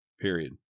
Period